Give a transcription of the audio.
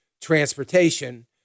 transportation